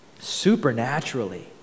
Supernaturally